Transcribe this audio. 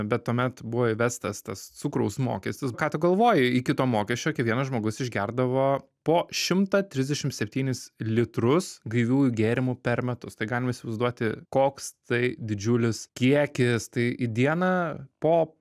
bet tuomet buvo įvestas tas cukraus mokestis ką tu galvoji iki to mokesčio kiekvienas žmogus išgerdavo po šimtą trisdešimt septynis litrus gaiviųjų gėrimų per metus tai galima įsivaizduoti koks tai didžiulis kiekis tai į dieną po